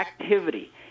activity